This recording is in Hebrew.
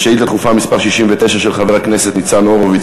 לשאילתה דחופה מס' 69 של חבר הכנסת ניצן הורוביץ